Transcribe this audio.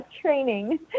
training